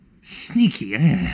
Sneaky